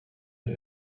der